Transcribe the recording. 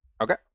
Okay